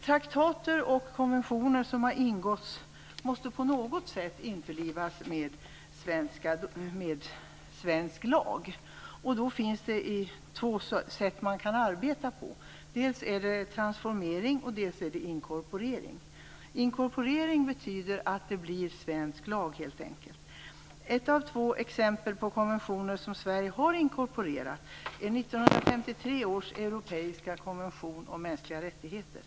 Traktater och konventioner som har ingåtts måste på något sätt införlivas med svensk lag. Det finns två sätt att arbeta på, nämligen dels transformering, dels inkorporering. Inkorporering betyder att det hela helt enkelt blir svensk lag. Ett av två exempel på konventioner som Sverige har inkorporerat är 1953 års europeiska konvention om mänskliga rättigheter.